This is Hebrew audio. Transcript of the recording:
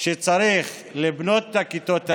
שצריך לבנות את הכיתות האלה,